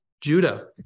Judah